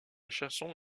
chanson